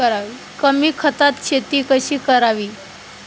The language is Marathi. कमी खतात शेती कशी करावी?